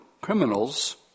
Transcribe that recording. criminals